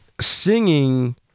singing